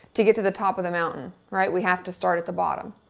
to get to the top of the mountain, right? we have to start at the bottom.